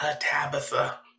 Tabitha